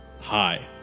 Hi